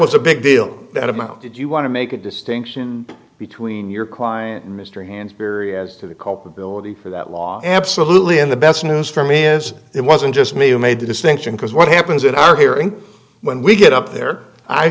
was a big deal that amount did you want to make a distinction between your client and mr hans period as to the culpability for that law absolutely and the best news for me is it wasn't just me who made the distinction because what happens in our hearing when we get up there i